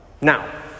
Now